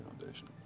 Foundation